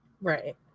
Right